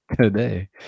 Today